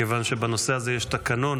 מכיוון שבנושא הזה יש תקנון,